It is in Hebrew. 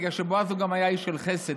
זה בגלל שבועז הוא גם היה איש של חסד,